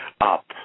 up